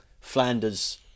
Flanders